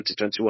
2021